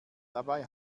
dabei